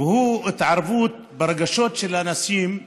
והוא התערבות ברגשות של אנשים.